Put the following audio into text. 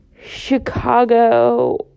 Chicago